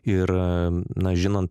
ir na žinant